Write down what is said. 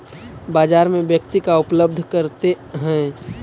बाजार में व्यक्ति का उपलब्ध करते हैं?